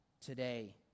today